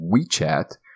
WeChat